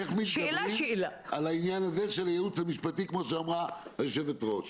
איך מתגברים על העניין של הייעוץ המשפטי כמו שאמרה היושבת-ראש?